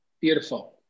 Beautiful